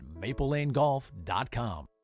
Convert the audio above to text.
maplelanegolf.com